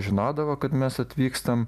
žinodavo kad mes atvykstam